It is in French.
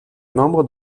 membre